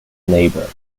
neighbour